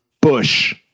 Bush